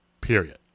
Period